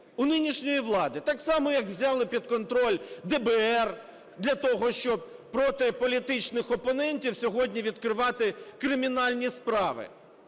у нинішньої влади, так само, як взяли під контроль ДБР для того, щоб проти політичних опонентів сьогодні відкривати кримінальні справи,